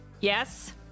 Yes